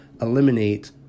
eliminate